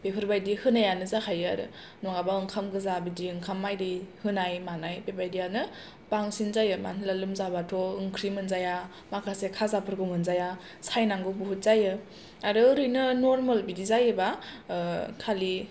बेफोबादि होनायानो जाखायो आरो नङाबा ओंखाम गोजा ओंखाम मायदि होनाय मानाय बेबायदियानो बांसिन जायो मानो होनोब्ला लोमजाब्लाथ' ओंख्रि मोनजाया माखासे खाजाफोरबो मोनजाया सायनांगौ बहुत जायो आरो ओरैनो नर्मेल बिदि जायोब्ला खालि